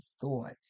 thoughts